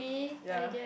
ya